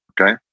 okay